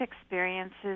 experiences